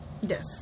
Yes